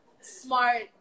smart